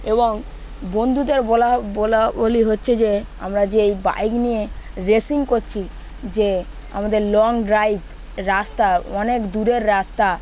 এবং বন্ধুদের বলা বলা বলি হচ্ছে যে আমরা যে এই বাইক নিয়ে রেসিং করছি যে আমাদের লং ড্রাইভ রাস্তা অনেক দূরের রাস্তা